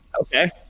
Okay